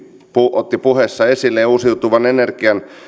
otti puheessaan esille ja uusiutuvan energian